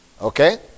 okay